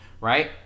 right